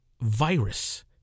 virus